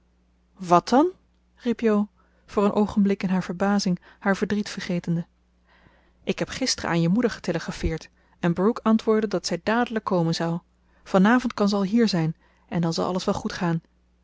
wat dan riep jo voor een oogenblik in haar verbazing haar verdriet vergetende ik heb gisteren aan je moeder getelegrafeerd en brooke antwoordde dat zij dadelijk komen zou van avond kan ze al hier zijn en dan zal alles wel goed gaan